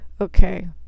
Okay